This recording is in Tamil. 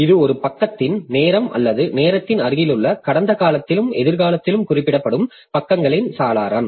இது ஒரு பக்கத்தின் நேரம் அல்லது நேரத்தின் அருகிலுள்ள கடந்த காலத்திலும் எதிர்காலத்திலும் குறிப்பிடப்படும் பக்கங்களின் சாளரம்